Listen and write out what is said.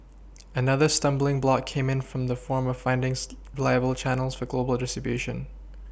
another stumbling block came in in the form of findings reliable Channels for global distribution